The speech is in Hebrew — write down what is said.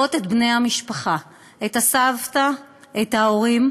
ולראות את בני המשפחה, את הסבתא, את ההורים,